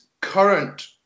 current